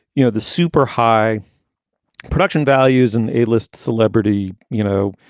you know, the super high production values and a list celebrity, you know,